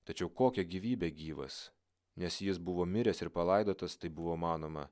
tačiau kokia gyvybe gyvas nes jis buvo miręs ir palaidotas taip buvo manoma